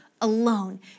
alone